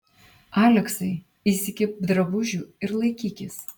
aleksai įsikibk drabužių ir laikykis